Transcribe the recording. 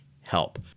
help